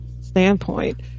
standpoint